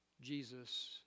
Jesus